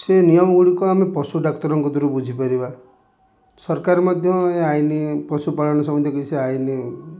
ସେ ନିୟମ ଗୁଡ଼ିକ ଆମେ ପଶୁ ଡାକ୍ତରଙ୍କ ଦୂରୁ ବୁଝିପାରିବା ସରକାର ମଧ୍ୟ ଏ ଆଇନ ପଶୁପାଳନ ସମ୍ବନ୍ଧୀୟ କିଛି ଆଇନ